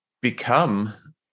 become